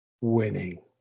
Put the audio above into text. winning